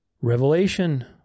Revelation